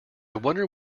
wonder